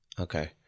okay